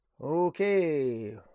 Okay